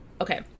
okay